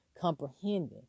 comprehending